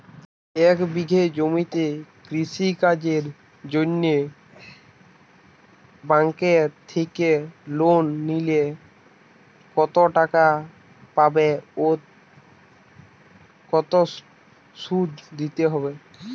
এক বিঘে জমিতে কৃষি কাজের জন্য ব্যাঙ্কের থেকে লোন নিলে কত টাকা পাবো ও কত শুধু দিতে হবে?